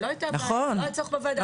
אם לא הייתה בעיה לא היה צריך פה ועדה.